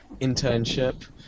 internship